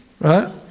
right